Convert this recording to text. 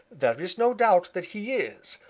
there is no doubt that he is,